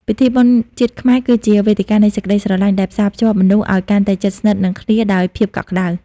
ពិធីបុណ្យជាតិខ្មែរគឺជា "វេទិកានៃសេចក្ដីស្រឡាញ់" ដែលផ្សារភ្ជាប់មនុស្សឱ្យកាន់តែជិតស្និទ្ធនឹងគ្នាដោយភាពកក់ក្ដៅ។